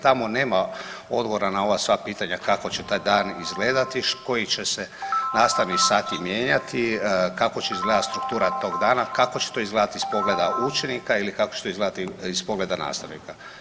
Tamo nema odgovora na ova sva pitanja kako će taj dan izgledati, koji će se nastavni sati mijenjati, kako će izgledati struktura tog dana, kako će to izgledati iz pogleda učenika ili kako će izgledati iz pogleda nastavnika.